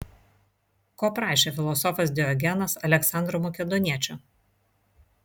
ko prašė filosofas diogenas aleksandro makedoniečio